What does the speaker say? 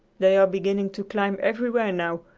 they are beginning to climb everywhere now,